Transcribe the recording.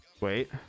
Wait